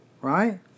right